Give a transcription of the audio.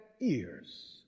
ears